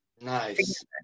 Nice